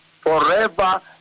forever